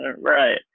Right